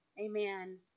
amen